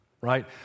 right